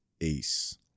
Ace